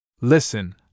Listen